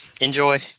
Enjoy